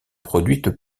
produites